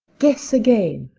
guess again.